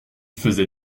faisait